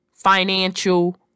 financial